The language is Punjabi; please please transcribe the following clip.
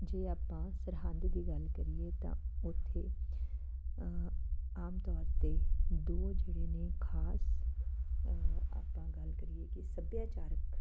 ਜੇ ਆਪਾਂ ਸਰਹੰਦ ਦੀ ਗੱਲ ਕਰੀਏ ਤਾਂ ਉੱਥੇ ਆਮ ਤੌਰ 'ਤੇ ਦੋ ਜਿਹੜੇ ਨੇ ਖਾਸ ਆਪਾਂ ਗੱਲ ਕਰੀਏ ਕਿ ਸੱਭਿਆਚਾਰਕ